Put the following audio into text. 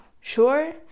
sure